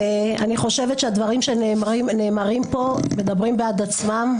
ואני חושבת שהדברים שנאמרים פה מדברים בעד עצמם,